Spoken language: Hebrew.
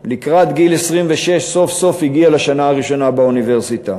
לקראת גיל 26 סוף-סוף הגיע לשנה הראשונה באוניברסיטה.